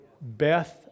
Beth